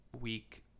week